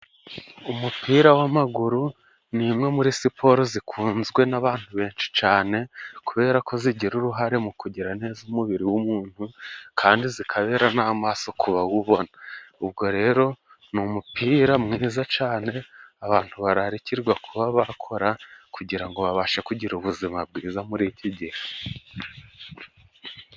Umupira w'amaguru ni imwe muri siporo zikunzwe n'abantu benshi cyane, kubera ko zigira uruhare mu kugira neza umubiri w'umuntu ,kandi zikabera n'amaso ku bawubona, ubwo rero ni umupira mwiza cyane, abantu bararikirwa kuba bakora, kugira ngo babashe kugira ubuzima bwiza muri igihe.